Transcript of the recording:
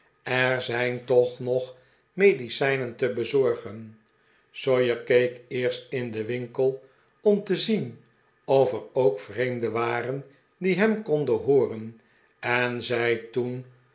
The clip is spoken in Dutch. er zijn toch nog medicijnen te bezorgen sawyer keek eerst in den winkel om te zien of er ook vreemden waren die hem konden hooren en zei toen